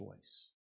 choice